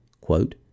quote